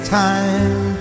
time